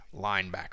linebacker